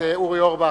חבר הכנסת אורי אורבך,